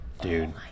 dude